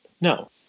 No